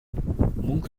мөнгө